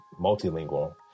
multilingual